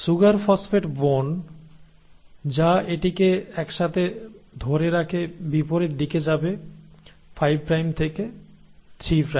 sugar phosphate bond যা এটিকে একসাথে ধরে রাখে বিপরীত দিকে যাবে 5 প্রাইম থেকে 3 প্রাইম